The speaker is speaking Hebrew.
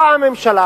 באה הממשלה